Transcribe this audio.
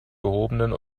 gehobenen